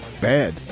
bad